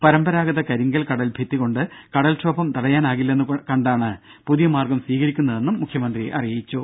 പരമ്പരാഗത കരിങ്കൽ കടൽഭിത്തി കൊണ്ട് കടൽക്ഷോഭം തടയാനാകില്ലെന്ന് കണ്ടാണ് പുതിയ മാർഗം സ്വീകരിക്കുന്നതെന്നും മുഖ്യമന്ത്രി പറഞ്ഞു